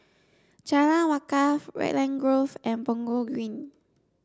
Jalan Wakaff Raglan Grove and Punggol Green